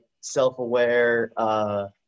self-aware